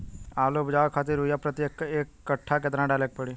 आलू उपजावे खातिर यूरिया प्रति एक कट्ठा केतना डाले के पड़ी?